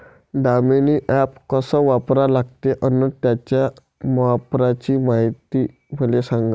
Damini app कस वापरा लागते? अन त्याच्या वापराची मायती मले सांगा